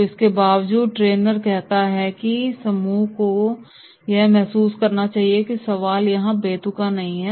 तो इसके बावजूद ट्रेनर कहता है समूह को यह महसूस करना चाहिए कि यह सवाल यहां बेतुका नहीं है